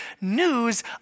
news